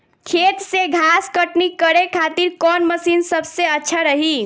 खेत से घास कटनी करे खातिर कौन मशीन सबसे अच्छा रही?